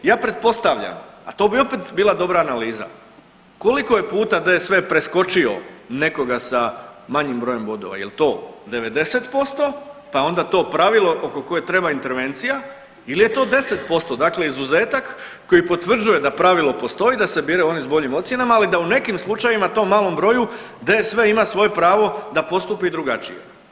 Ja pretpostavljam, a to bi opet bila dobra analiza koliko je puta DSV preskočio nekoga sa manjim brojem bodova jel to 90% pa je onda to pravilo oko kojeg treba intervencija ili je to 10%, dale izuzetak koji potvrđuje da pravilo postoji, da se biraju oni s boljim ocjenama, ali da u nekim slučajevima u tom malom broju DSV ima svoje pravo da postupi drugačije.